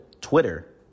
Twitter